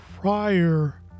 prior